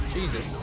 Jesus